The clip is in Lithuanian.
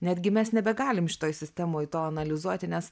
netgi mes nebegalim šitoj sistemoj to analizuoti nes